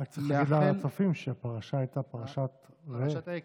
צריך להגיד לצופים שהפרשה הייתה פרשת ראה.